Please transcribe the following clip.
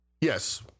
Yes